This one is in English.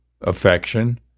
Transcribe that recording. affection